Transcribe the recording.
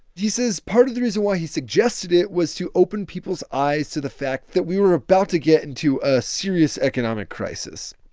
he says part of the reason why he suggested it was to open people's eyes to the fact that we were about to get into a serious economic crisis.